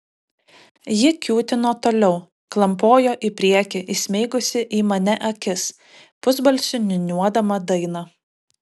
ji kiūtino toliau klampojo į priekį įsmeigusi į mane akis pusbalsiu niūniuodama dainą